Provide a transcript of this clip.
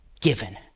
given